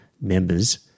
members